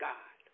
God